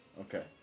Okay